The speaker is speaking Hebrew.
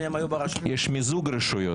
שניהם היו ברשות ה --- יש מיזוג רשויות.